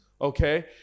Okay